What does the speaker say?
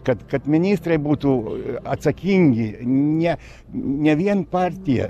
kad kad ministrai būtų atsakingi ne ne vien partija